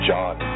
John